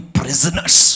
prisoners